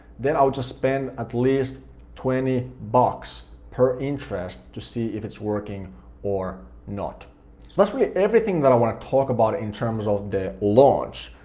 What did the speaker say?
then i would just spend at least twenty bucks per interest to see if it's working or not. so that's really everything that i want to talk about in terms of the launch.